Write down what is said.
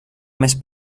més